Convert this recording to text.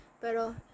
Pero